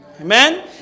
Amen